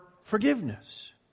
forgiveness